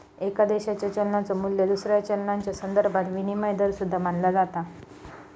एका देशाच्यो चलनाचो मू्ल्य दुसऱ्या चलनाच्यो संदर्भात विनिमय दर सुद्धा मानला जाता